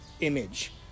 image